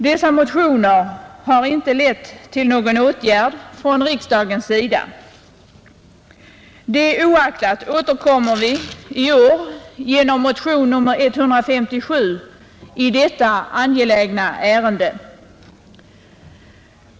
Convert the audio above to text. Dessa motioner har inte lett till någon åtgärd från riksdagens sida, Det oaktat återkommer vi i år genom motionen 157 i detta angelägna ärende.